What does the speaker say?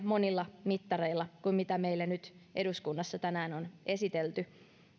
monilla mittareilla vielä parempaan kuin mitä meille nyt eduskunnassa tänään on esitelty